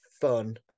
fun